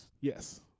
Yes